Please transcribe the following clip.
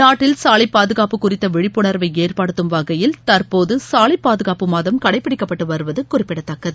நாட்டில் சாலை பாதுகாப்பு குறித்த விழிப்புணர்வை ஏற்படுத்தும் வகையில் தற்போது சாலை பாதுகாப்பு மாதம் கடைப்பிடிக்கப்பட்டு வருவது குறிப்பிடத்தக்கது